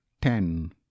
ten